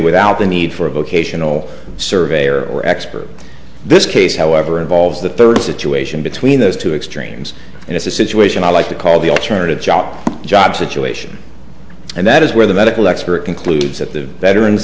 without the need for a vocational surveyor or expert this case however involves the third situation between those two extremes and it's a situation i like to call the alternative shop job situation and that is where the medical expert concludes that the veteran